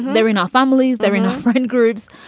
they're in our families. they're in different groups.